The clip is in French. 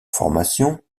formation